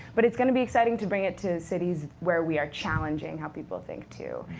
but it's going to be exciting to bring it to cities where we are challenging how people think too.